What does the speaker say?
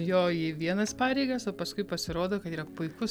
jo į vienas pareigas o paskui pasirodo kad yra puikus